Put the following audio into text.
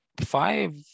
Five